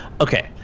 Okay